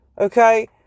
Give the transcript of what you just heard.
Okay